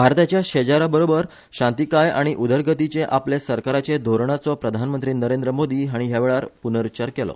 भारताच्या शेजाऱ्या बरोबर शांतीकाय आनी उदरगतीचें आपले सरकाराचे धोरणाचो प्रधानमंत्री नरेंद्र मोदी हाणी ह्या वेळार प्रनरुच्चार केलो